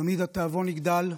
תמיד התיאבון יגדל.